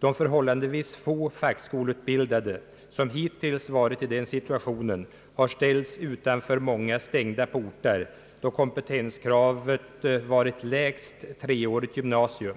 De förhållandevis få fackskoleutbildade, som hittills varit i den situationen, har ställts utanför många stängda portar då kompetenskravet varit lägst treårigt gymnasium.